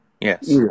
Yes